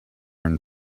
and